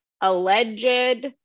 alleged